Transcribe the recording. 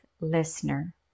listener